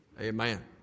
amen